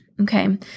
Okay